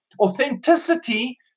Authenticity